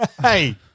Hey